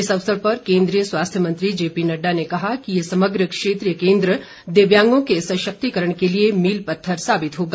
इस अवसर पर केंद्रीय स्वास्थ्य मंत्री जेपी नड्डा ने कहा कि ये समग्र क्षेत्रीय केंद्र दिव्यांगों के सशक्तिकरण के लिए मील पत्थर साबित होगा